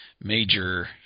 major –